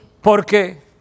porque